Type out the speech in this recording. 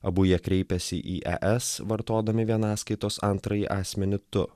abu jie kreipėsi į e es vartodami vienaskaitos antrąjį asmenį tu